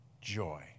joy